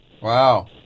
Wow